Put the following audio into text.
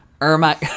Irma